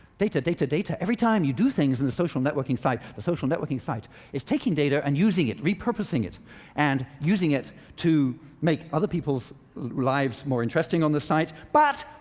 data, data, data. every time you do things on the social networking site, the social networking site is taking data and using it re-purposing it and using it to make other people's lives more interesting on the site. but,